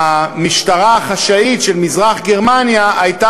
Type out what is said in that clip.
המשטרה החשאית של מזרח-גרמניה הייתה